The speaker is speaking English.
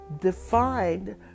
defined